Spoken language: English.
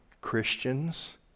Christians